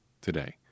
today